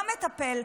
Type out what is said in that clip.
לא מטפל,